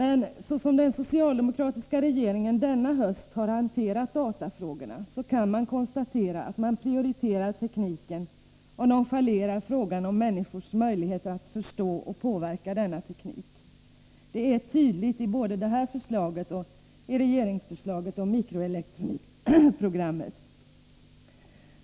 Så som den socialdemokratiska regeringen denna höst har hanterat datafrågorna kan man konstatera att regeringen prioriterar tekniken och nonchalerar frågan om människors möjligheter att förstå och påverka denna teknik. Det är tydligt, både i detta förslag och i regeringsförslaget om mikroelektronikprogrammet.